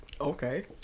Okay